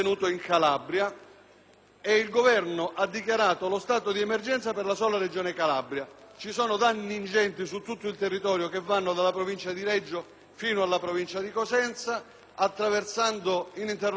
il Governo ha dichiarato lo stato di emergenza per la sola Regione Calabria. Ci sono danni ingenti su tutto il territorio che va dalla Provincia di Reggio Calabria fino a quella di Cosenza, attraversando ininterrottamente tutta la Calabria.